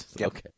Okay